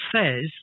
says